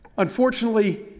unfortunately,